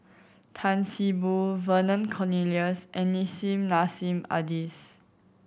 Tan See Boo Vernon Cornelius and Nissim Nassim Adis